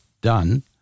done